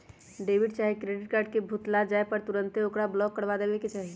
debit चाहे credit card के भुतला जाय पर तुन्ते ओकरा ब्लॉक करबा देबेके चाहि